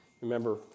Remember